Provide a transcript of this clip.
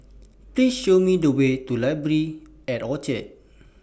Please Show Me The Way to Library At Orchard